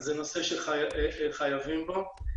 זה נושא שחייבים בו.